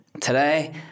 today